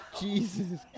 Jesus